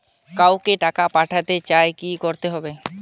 কাউকে টাকা পাঠাতে চাই কি করতে হবে?